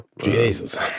Jesus